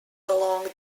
along